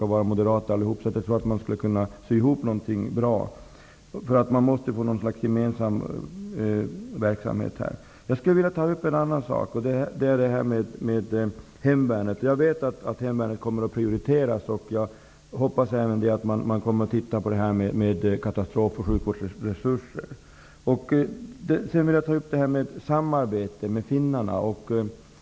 Båda dessa ministrar råkar vara moderater, så jag tror att man skulle kunna sy ihop något bra. Man måste ha en gemensam verksamhet på det här området. Jag skulle även vilja ta upp frågan om hemvärnet. Jag vet att hemvärnet kommer att prioriteras. Jag hoppas att man också kommer att se över katastrofoch sjukvårsresurserna. Sedan vill jag ta upp frågan om ett samarbete med finnarna.